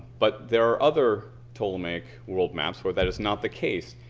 but there are other ptolemaic world maps where that is not the case.